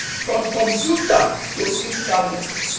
from computer to internet